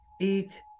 eat